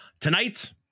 Tonight